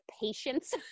patience